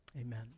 Amen